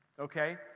Okay